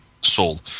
sold